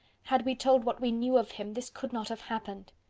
had we told what we knew of him, this could not have happened!